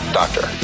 doctor